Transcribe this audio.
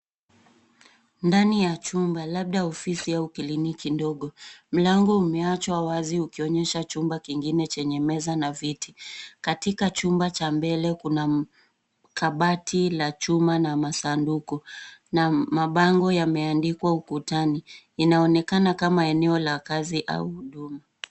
Ndani ya chumba, labda ofisi au kliniki ndogo. Mlango umeachwa wazi ukionyesha chumba kingine chenye meza na viti. Katika chumba cha mbele kuna kabati la chuma na masanduku na mabango yameandikwa ukutani. Inaonekana kama eneo la kazi au huduma.